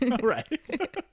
Right